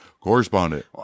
Correspondent